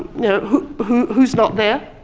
you know who's who's not there.